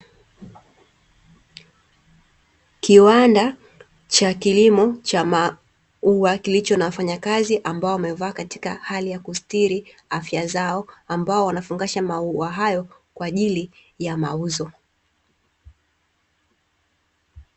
Kiwanda cha kilimo cha maua kilicho na wafanyakazi ambao wamevaa katika hali ya kusitiri afya zao ambao wanafungasha maua hayo kwa ajili ya mauzo.